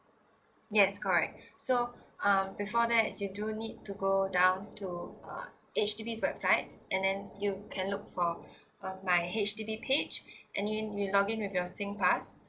yes correct so uh before that you do need to go down to uh H_D_B website and then you can look for uh my H_D_B page and then you log in with your sing pass